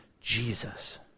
Jesus